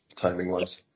timing-wise